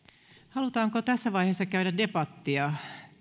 halutaanko tässä vaiheessa käydä debattia